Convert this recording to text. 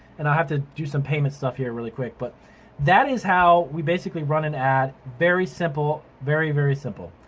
and i have to do some payment stuff here really quick but that is how we basically run an ad very simple, very, very simple.